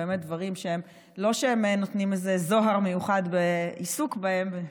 הם באמת דברים שלא נותנים זוהר מיוחד בעיסוק בהם,